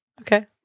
Okay